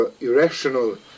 irrational